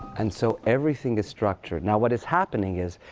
and so, everything is structured. now, what is happening is,